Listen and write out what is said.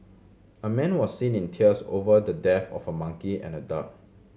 a man was seen in tears over the death of a monkey and a duck